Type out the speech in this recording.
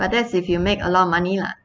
but that's if you make a lot of money lah